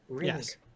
Yes